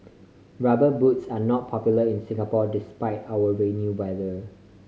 Rubber Boots are not popular in Singapore despite our rainy weather